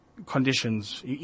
Conditions